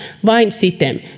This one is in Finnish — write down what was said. vain siten